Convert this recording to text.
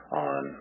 on